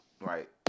right